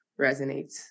resonates